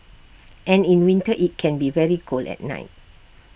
and in winter IT can be very cold at night